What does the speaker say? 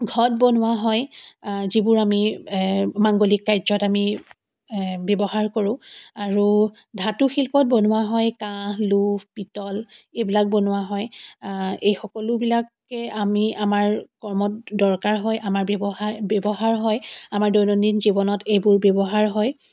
ঘট বনোৱা হয় যিবোৰ আমি মাংগলিক কাৰ্য্যত আমি ব্যৱহাৰ কৰোঁ আৰু ধাতু শিল্পত বনোৱা হয় কাঁহ লো পিতল এইবিলাক বনোৱা হয় এই সকলোবিলাকে আমি আমাৰ কৰ্মত দৰকাৰ হয় আমাৰ ব্যৱহাৰ ব্যৱহাৰ হয় আমাৰ দৈনদিন জীৱনত এইবোৰ ব্যৱহাৰ হয়